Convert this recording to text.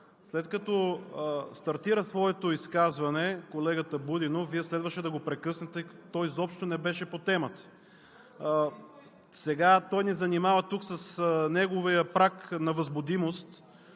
След като стартира своето изказване колегата Будинов, Вие следваше да го прекъснете – то изобщо не беше по темата. (Реплики.) Сега той ни занимава тук с неговия праг на възбудимост,